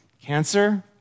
cancer